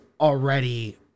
already